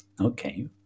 Okay